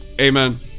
amen